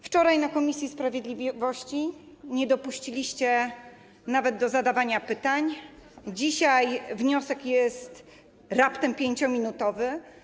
Wczoraj na posiedzeniu komisji sprawiedliwości nie dopuściliście nawet do zadawania pytań, dzisiaj wniosek jest raptem 5-minutowy.